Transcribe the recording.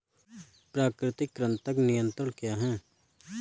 प्राकृतिक कृंतक नियंत्रण क्या है?